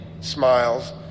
smiles